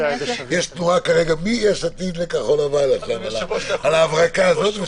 יש תנועה כרגע מיש עתיד לכחול לבן על ההברקה הזאת,